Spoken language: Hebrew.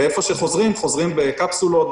ואיפה שחוזרים זה נעשה בקפסולות,